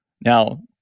Now